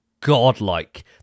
godlike